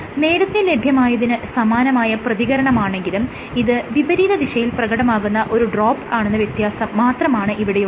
നേരത്തെ ലഭ്യമായതിന് സമാനമായ പ്രതികരണമാണെങ്കിലും ഇത് വിപരീതദിശയിൽ പ്രകടമാകുന്ന ഒരു ഡ്രോപ്പ് ആണെന്ന വ്യത്യാസം മാത്രമാണ് ഇവിടെയുള്ളത്